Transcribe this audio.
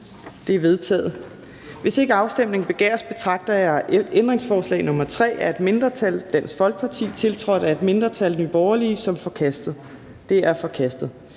De er vedtaget. Hvis ikke afstemning begæres, betragter jeg ændringsforslag nr. 3 af et mindretal (DF), tiltrådt af et mindretal (NB), som forkastet. Det er forkastet.